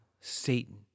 Satan